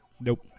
Nope